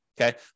okay